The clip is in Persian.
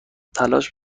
تلاش